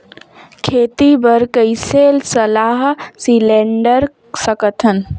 खेती बर कइसे सलाह सिलेंडर सकथन?